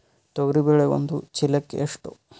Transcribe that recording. ತೊಗರಿ ಬೇಳೆ ಒಂದು ಚೀಲಕ ಎಷ್ಟು?